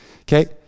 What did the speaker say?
Okay